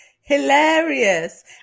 hilarious